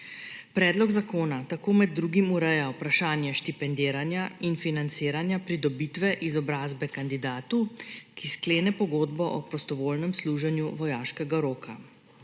Predlog zakona tako med drugim ureja vprašanje štipendiranja in financiranja pridobitve izobrazbe kandidatu, ki sklene pogodbo o prostovoljnem služenju vojaškega roka.